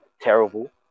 terrible